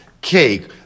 cake